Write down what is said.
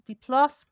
Plus